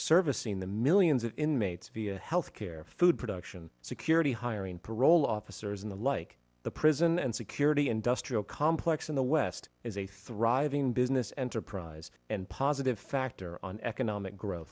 servicing the millions of inmates via health care food production security hiring parole officers in the like the prison and security industrial complex in the west is a thriving business enterprise and positive factor on economic